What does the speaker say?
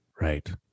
Right